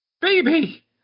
Baby